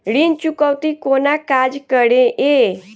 ऋण चुकौती कोना काज करे ये?